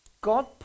God